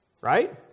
Right